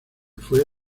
fue